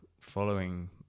following